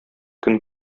көн